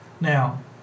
Now